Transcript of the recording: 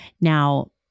Now